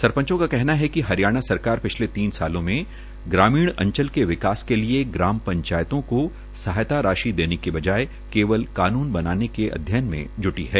सरपंचों का कहना है कि हरियाणा सरकार पिछले तीन सालों में ग्रामीण अंचल के विकास के लिए ग्राम पंचायत को सहायता राशि देने के बजाय केवल कानून बनाने के अध्ययन में जूटी है